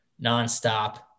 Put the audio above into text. nonstop